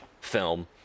film